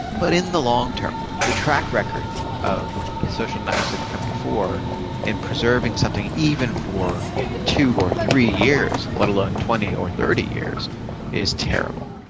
but in the long-term the track record of social networks that have come before in preserving something even for two or three years, let alone twenty or thirty years is terrible.